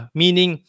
meaning